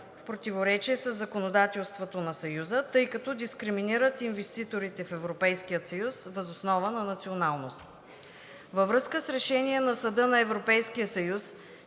в противоречие със законодателството на Съюза, тъй като дискриминират инвеститорите в Европейския съюз въз основа на националност. Във връзка с решение на Съда на Европейския съюз,